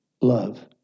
love